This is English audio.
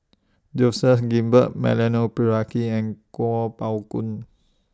Joseph Grimberg Milenko Prvacki and Kuo Pao Kun